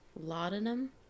Laudanum